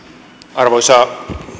arvoisa